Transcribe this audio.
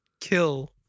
kill